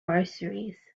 groceries